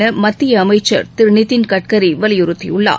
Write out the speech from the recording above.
என மத்திய அமைச்சர் திரு நிதின் கட்கரி வலியுறுத்தியுள்ளார்